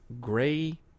gray